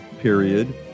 period